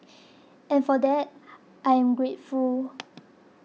and for that I am grateful